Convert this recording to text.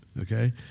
okay